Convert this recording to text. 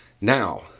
Now